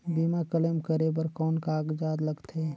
बीमा क्लेम करे बर कौन कागजात लगथे?